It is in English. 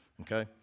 okay